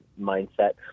mindset